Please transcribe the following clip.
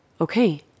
okay